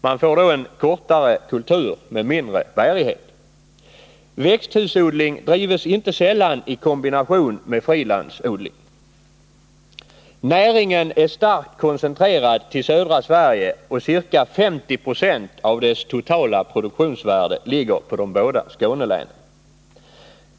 Man får då en kortare kultur med mindre bärighet. Växthusodling drivs inte sällan i kombination med frilandsodling. Näringen är starkt koncentrerad till södra Sverige, och ca 50 90 av dess totala produktionsvärde ligger på de båda Skånelänen.